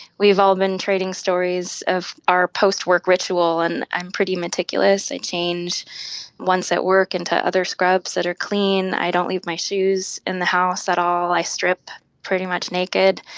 we've all been trading stories of our post-work ritual, and i'm pretty meticulous. i change once at work into other scrubs that are clean. i don't leave my shoes in the house at all. i strip pretty much naked,